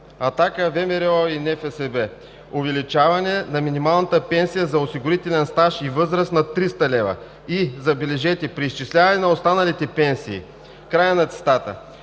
„Атака“, ВМРО и НФСБ: „Увеличаване на минималната пенсия за осигурителен стаж и възраст на 300 лв., и – забележете – преизчисляване на останалите пенсии“. Какво се